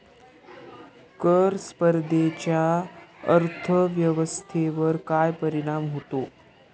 कर स्पर्धेचा अर्थव्यवस्थेवर काय परिणाम होतो?